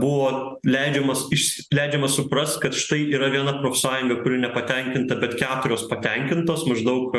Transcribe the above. buvo leidžiamas iš leidžiama suprast kad štai yra viena profsąjunga nepatenkinta bet keturios patenkintos maždaug